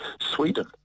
Sweden